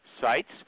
sites